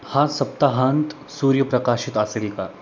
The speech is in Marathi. हा सप्ताहांत सूर्यप्रकाशित असेल का